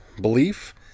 belief